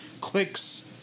clicks